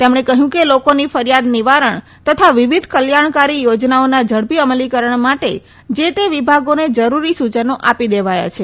તેમણે કહયું કે લોકોની ફરીયાદ નિવારણ તથા વિવિધ કલ્યાણકારી યોજનાઓના ઝડપી અમલીકરણ માટે જે તે વિભાગોને જરૂરી સુચનો આપી દેવાયા છે